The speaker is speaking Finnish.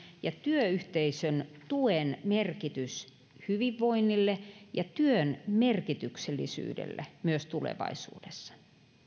ja työyhteisön tuen merkitys hyvinvoinnille ja työn merkityksellisyydelle myös tulevaisuudessa